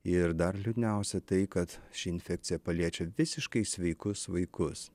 ir dar liūdniausia tai kad ši infekcija paliečia visiškai sveikus vaikus